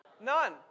None